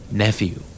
nephew